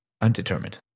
Undetermined